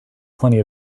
plenty